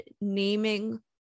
naming